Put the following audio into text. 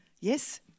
Yes